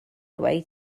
away